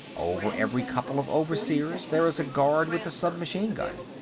over every couple of overseers there is a guard with a submachine gun.